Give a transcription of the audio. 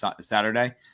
Saturday